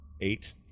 eight